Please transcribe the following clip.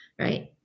right